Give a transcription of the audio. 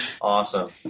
Awesome